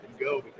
go